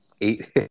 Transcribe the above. eight